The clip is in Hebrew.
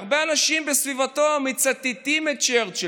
הרבה אנשים בסביבתו מצטטים את צ'רצ'יל,